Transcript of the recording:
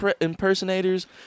impersonators